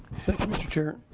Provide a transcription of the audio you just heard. mr. chair.